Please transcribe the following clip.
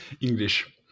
English